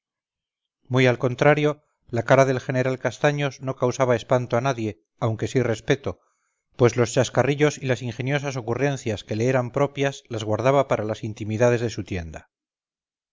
muy al contrario la cara del general castaños no causaba espanto a nadie aunque sí respeto pues los chascarrillos y las ingeniosas ocurrencias que le eran propias las guardaba para las intimidades de su tienda